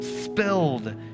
spilled